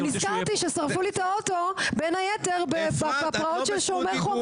שמופיע במעט מאוד חיקוקים בצורה מפורשת.